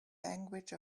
language